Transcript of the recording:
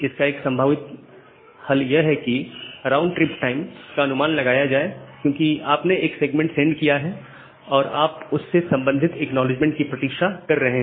इसका एक संभावित हल यह है कि राउंड ट्रिप टाइम का अनुमान लगाया जाए क्यों कि आपने एक सेगमेंट सेंड किया है और आप उससे संबंधित एक्नॉलेजमेंट की प्रतीक्षा कर रहे हैं